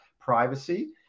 privacy